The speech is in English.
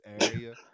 area